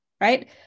Right